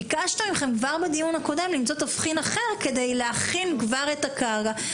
ביקשנו מכם כבר בדיון הקודם למצוא תבחין אחר כדי להכין כבר את הקרקע.